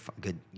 good